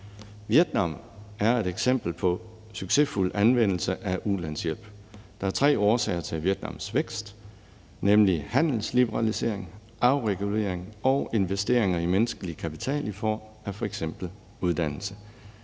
Vietnam er et eksempel på succesfuld anvendelse af ulandshjælp. Der er tre årsager til Vietnams vækst, nemlig handelsliberalisering, afregulering og investeringer i menneskelig kapital i form af f.eks. uddannelse.